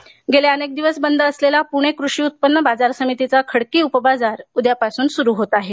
खडकी उपबाजार गेले अनेक दिवस बंद असलेला पुणे कृषि उत्पन्न बाजार समितीचा खडकी उपबाजार उद्यापासून सुरु होत आहे